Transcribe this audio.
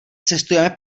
cestujeme